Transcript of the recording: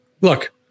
look